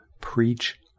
Preach